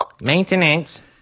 Maintenance